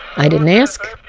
i didn't ask,